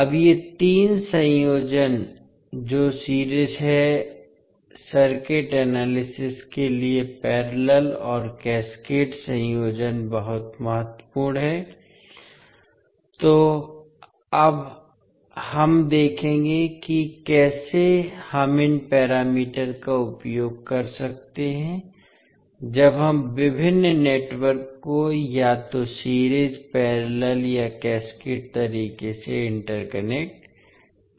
अब ये 3 संयोजन जो सीरीज है सर्किट एनालिसिस के लिए पैरेलल और कैस्केड संयोजन बहुत महत्वपूर्ण हैं तो हम अब देखेंगे कि कैसे हम इन पैरामीटर का उपयोग कर सकते हैं जब हम विभिन्न नेटवर्क को या तो सीरीज पैरेलल या कैस्केड तरीके से इंटरकनेक्ट करते हैं